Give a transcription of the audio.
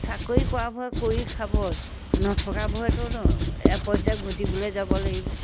চাকৰি কৰাবোৰে কৰি খাব নথকাবোৰেতো এপইচা ঘটিবলৈ যাব লাগিব